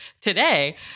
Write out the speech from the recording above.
today